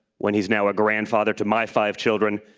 when he is now a grandfather to my five children.